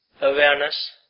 awareness